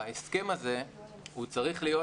ההסכם הזה צריך להיות